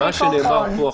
מה שנאמר פה עכשיו,